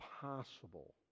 possible